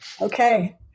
Okay